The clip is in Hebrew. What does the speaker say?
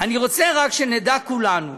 אני רוצה רק שנדע כולנו,